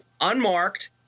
unmarked